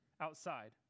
outside